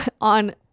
on